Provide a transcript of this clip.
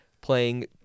playing